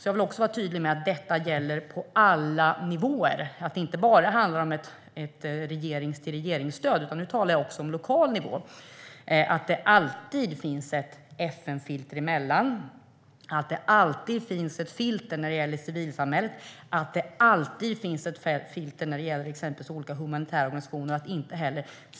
Jag vill veta om detta gäller på alla nivåer, att det inte bara handlar om ett regering-till-regering-stöd. Jag talar också om lokal nivå. Det ska alltid finnas ett FN-filter emellan. Det ska alltid finnas ett filter när det gäller civilsamhället. Det ska alltid finnas ett filter när det gäller exempelvis olika humanitära organisationer.